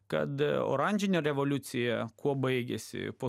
kad oranžinė revoliucija kuo baigėsi po